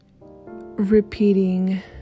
repeating